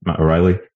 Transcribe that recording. O'Reilly